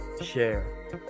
share